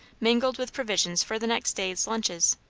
mingled with provisions for the next day's lunches.